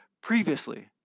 previously